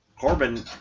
Corbin